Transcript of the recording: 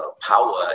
power